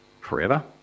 forever